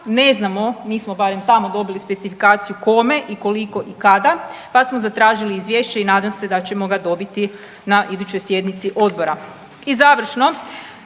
Ne znamo, nismo barem tamo dobili specifikaciju kome, koliko i kada pa smo zatražili izvješće i nadam se da ćemo ga dobiti na idućoj sjednici odbora.